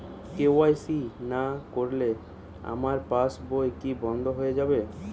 KYC না করলে আমার পাশ বই কি বন্ধ হয়ে যাবে?